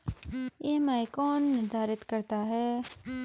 EMI कौन निर्धारित करता है?